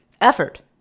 effort